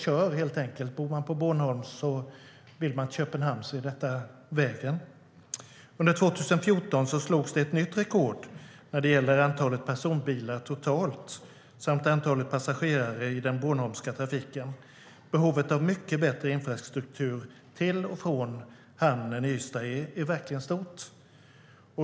Bor man på Bornholm och vill till Köpenhamn kör man denna väg. Under 2014 sattes ett nytt rekord för antalet personbilar och antalet passagerare i den bornholmska trafiken. Behovet av en mycket bättre infrastruktur till och från hamnen i Ystad är stort.